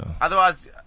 Otherwise